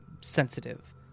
sensitive